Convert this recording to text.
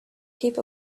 heap